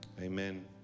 Amen